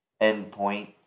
endpoint